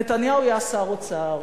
ונתניהו היה שר אוצר.